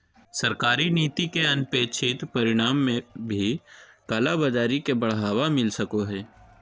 सरकारी नीति के अनपेक्षित परिणाम में भी कालाबाज़ारी के बढ़ावा मिल सको हइ